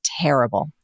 terrible